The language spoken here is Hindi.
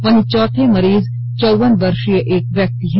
वहीं चौथे मरीज चौवन वर्षीय एक व्यक्ति हैं